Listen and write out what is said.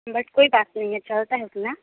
but कोई बात नहीं है चलता है उतना